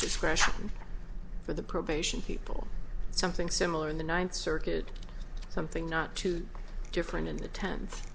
discretion for the probation people something similar in the ninth circuit something not too different in the tent